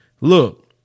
look